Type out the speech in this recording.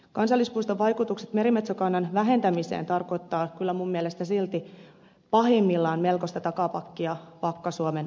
kansallispuiston vaikutukset merimetsokannan vähentämiseen tarkoittavat kyllä minun mielestäni silti pahimmillaan melkoista takapakkia vakka suomen alueella